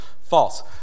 False